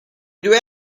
due